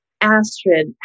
Astrid